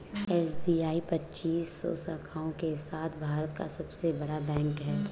SBI पच्चीस सौ शाखाओं के साथ भारत का सबसे बड़ा बैंक है